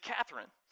Catherine